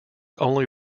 only